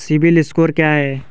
CIBIL score क्या है?